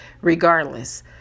regardless